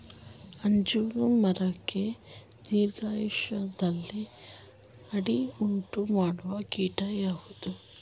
ಅಂಜೂರ ಮರಕ್ಕೆ ದೀರ್ಘಾಯುಷ್ಯದಲ್ಲಿ ಅಡ್ಡಿ ಉಂಟು ಮಾಡುವ ಕೀಟ ಯಾವುದು?